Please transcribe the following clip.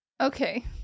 Okay